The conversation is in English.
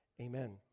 Amen